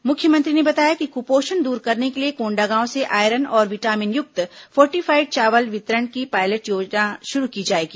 मुख्यमंत्री ने बताया कि कुपोषण द्र करने के लिए कोंडागांव से आयरन और विटामिनयुक्त फोर्टिफाईड चावल वितरण की पायलट परियोजना शुरू की जाएगी